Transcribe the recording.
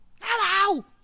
Hello